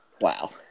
Wow